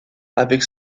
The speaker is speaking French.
avec